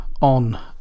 on